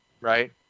right